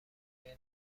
های